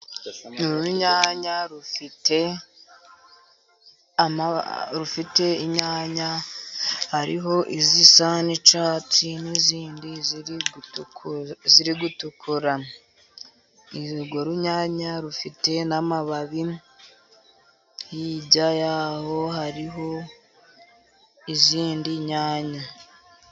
Urunyanya rufite inyanya, hariho izisa n'icyatsi, n'izindi ziri gutukura. Urwo runyanya rufite n'amababi, hirya yaho hariho izindi nyanya.